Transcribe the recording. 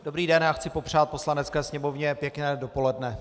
Dobrý den, já chci popřát Poslanecké sněmovně pěkné dopoledne.